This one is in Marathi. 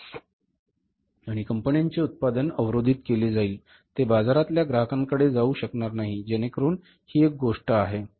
आणि कंपन्यांचे उत्पादन अवरोधित केले जाईल ते बाजारातल्या ग्राहकांकडे जाऊ शकणार नाही जेणेकरून ही एक गोष्ट आहे